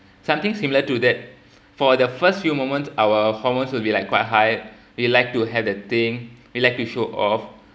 something similar to that for the first few moments our hormones will be like quite high we'd like to have the thing we like to show off